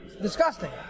disgusting